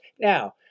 Now